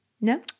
No